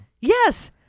Yes